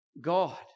God